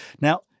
Now